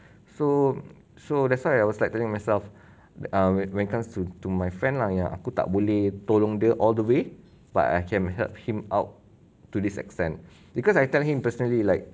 so so that's why I was like telling myself err when when comes to to my friend lah ya aku tak boleh tolong dia all the way but I can help him out to this extent because I tell him personally like